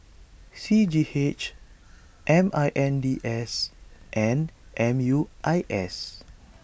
C G H M I N D S and M U I S